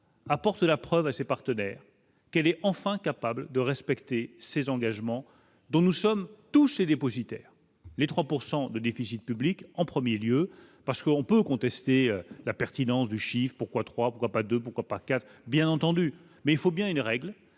apporte la preuve à ses partenaires quelle est enfin capable de respecter ses engagements, dont nous sommes touchés dépositaires les 3 pourcent de déficit public en 1er lieu parce qu'on peut contester la pertinence du chiffre pourquoi 3 pourquoi pas de, pourquoi pas 4, bien entendu, mais il faut bien une règle